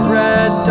red